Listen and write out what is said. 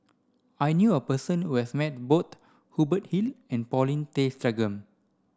I knew a person who has met both Hubert Hill and Paulin Tay Straughan